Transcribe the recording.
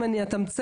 אם אני אתמצת,